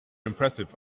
impressive